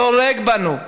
והורג בנו.